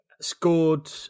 Scored